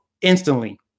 instantly